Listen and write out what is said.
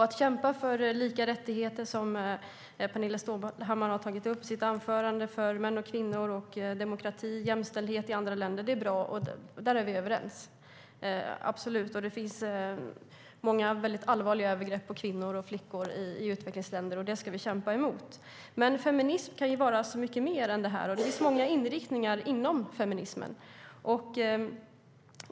Att kämpa för lika rättigheter, som Pernilla Stålhammar har tagit upp i sitt anförande, för män och kvinnor, demokrati och jämställdhet i andra länder är bra. Där är vi absolut överens. Det sker allvarliga övergrepp mot kvinnor och flickor i utvecklingsländer. Det ska vi kämpa mot. Men feminism kan vara så mycket mer. Det finns många inriktningar inom feminismen.